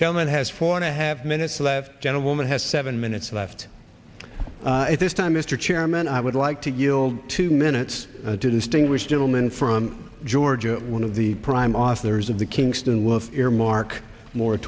chairman has four and a half minutes left gentlemen has seven minutes left at this time mr chairman i would like to yield two minutes to distinguished gentleman from georgia one of the prime authors of the kingston earmark mor